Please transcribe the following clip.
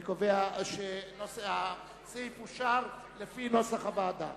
אני קובע שההסתייגות לחלופין לא נתקבלה.